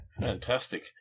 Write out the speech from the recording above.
Fantastic